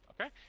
Okay